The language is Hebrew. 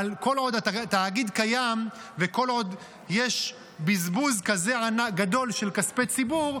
כל עוד התאגיד קיים וכל עוד יש בזבוז כזה גדול של כספי ציבור,